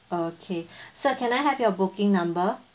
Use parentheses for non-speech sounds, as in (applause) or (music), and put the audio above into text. okay (breath) sir can I have your booking number